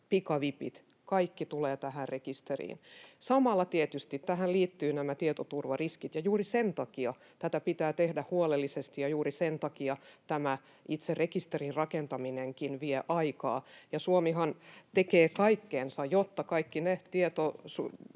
pikavipit — kaikki tulevat tähän rekisteriin. Samalla tietysti tähän liittyvät nämä tietoturvariskit, ja juuri sen takia tätä pitää tehdä huolellisesti, ja juuri sen takia tämä itse rekisterin rakentaminenkin vie aikaa. Suomihan tekee kaikkensa, jotta kaikki ne